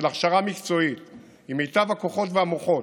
של הכשרה מקצועית עם מיטב הכוחות והמוחות,